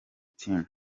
team